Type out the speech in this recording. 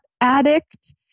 addict